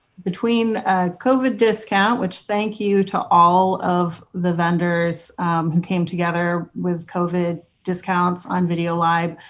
between covid discount which thank you to all of the vendors who came together with covid discounts on video lib,